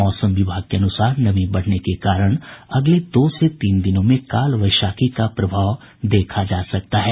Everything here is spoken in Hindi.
मौसम विभाग के अनुसार नमी बढ़ने के कारण अगले दो से तीन दिनों में काल वैशाखी का प्रभाव देखा जा सकता है